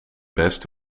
best